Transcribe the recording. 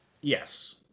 Yes